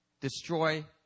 destroy